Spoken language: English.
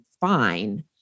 fine